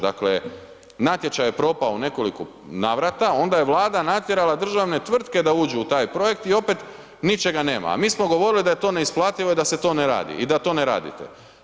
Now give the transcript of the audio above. Dakle, natječaj je propao u nekoliko navrata, onda je Vlada natjerala državne tvrtke da uđu u taj projekt i opet ničega nema, a mi smo govorili da je to neisplativo i da se to ne radi i da to ne radite.